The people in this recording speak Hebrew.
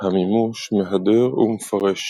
המימוש מהדר ומפרש